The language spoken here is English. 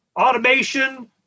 automation